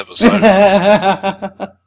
episode